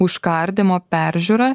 užkardymo peržiūra